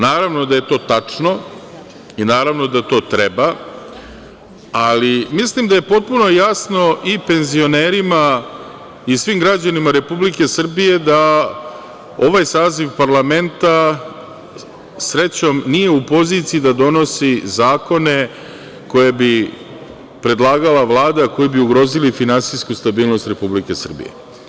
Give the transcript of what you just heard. Naravno da je to tačno i naravno da to treba, ali mislim da je potpuno jasno i penzionerima i svim građanima Republike Srbije da ovaj saziv parlamenta, srećom, nije u poziciji da donosi zakone koje bi predlagala Vlada, a koji bi ugrozili finansijsku stabilnost Republike Srbije.